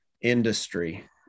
industry